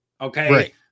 Okay